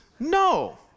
No